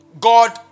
God